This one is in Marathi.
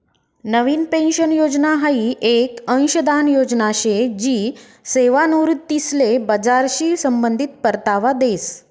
नवीन पेन्शन योजना हाई येक अंशदान योजना शे जी सेवानिवृत्तीसले बजारशी संबंधित परतावा देस